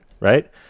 right